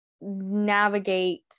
navigate